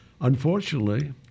Unfortunately